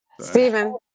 Stephen